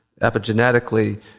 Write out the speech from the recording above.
epigenetically